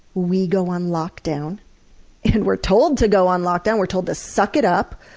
we go on lockdown and we're told to go on lockdown! we're told to suck it up,